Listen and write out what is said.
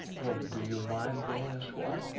well, do you mind being a swot?